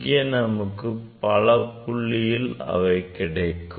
இங்கே நமக்கு பல புள்ளிகளில் அவை கிடைக்கும்